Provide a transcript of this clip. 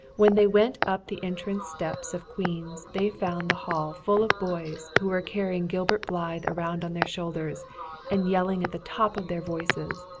when they went up the entrance steps of queen's they found the hall full of boys who were carrying gilbert blythe around on their shoulders and yelling at the tops of their voices,